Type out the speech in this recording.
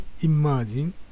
imagine